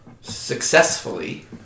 successfully